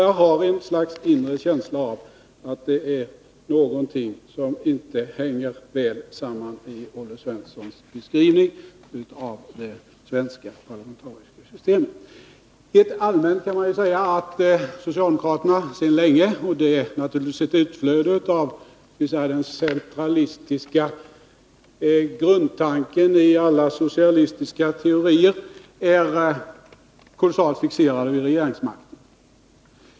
— Jag har en känsla av att det är någonting som inte hänger väl samman i Olle Svenssons beskrivning av det svenska parlamentariska systemet. Rent allmänt kan man ju säga att socialdemokraterna sedan länge — och det är naturligtvis ett utflöde av den centralistiska grundtanken i alla socialistiska teorier — är kolossalt fixerade vid regeringsmakten.